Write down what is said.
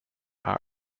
are